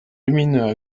lumineux